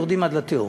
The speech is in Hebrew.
יורדים עד התהום.